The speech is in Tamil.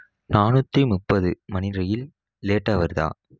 நானூற்றி முப்பது மணி ரயில் லேட்டாக வருதா